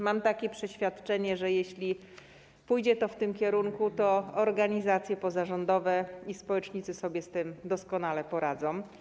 Mam takie przeświadczenie, że jeśli pójdzie to w tym kierunku, to organizacje pozarządowe i społecznicy sobie z tym doskonale poradzą.